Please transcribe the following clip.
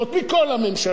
מכל הממשלות,